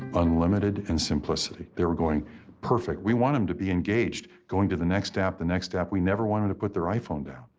unlimited and simplicity. they were going perfect. we want them to be engaged, going to the next app, the next app, we never want them to put their iphone down.